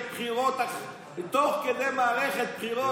תוך כדי מערכת בחירות.